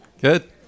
Good